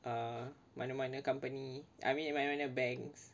err mana-mana company I mean mana-mana banks